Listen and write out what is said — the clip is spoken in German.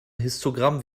histogramm